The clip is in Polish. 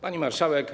Pani Marszałek!